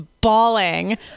bawling